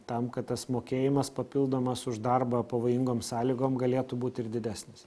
tam kad tas mokėjimas papildomas už darbą pavojingom sąlygom galėtų būt ir didesnis